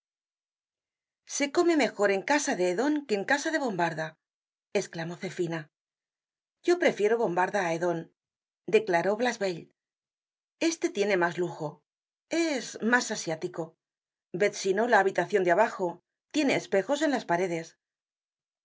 se come mejor en casa de edon que en casa de bombarda esclamó zefina yo prefiero bombarda á edon declaró blachevelle este tiene mas lujo es mas asiático ved si no la habitacion de abajo tiene espejos en las paredes